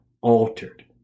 altered